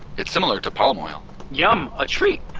it's similar to palm oil yum, a treat!